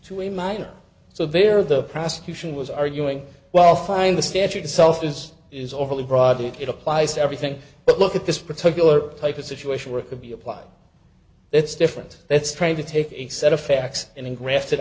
to a minor so there the prosecution was arguing well fine the statute itself is is overly broad it applies to everything but look at this particular type of situation where could be applied it's different that's trying to take a set of facts and grafted